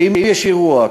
שאם יש אירוע,